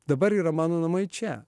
dabar yra mano namai čia